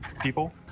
people